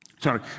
sorry